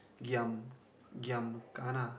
giam giam kana